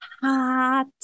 hot